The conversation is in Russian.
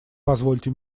позвольте